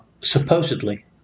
supposedly